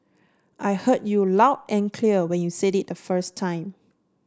I heard you loud and clear when you said it the first time